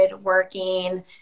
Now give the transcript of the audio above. working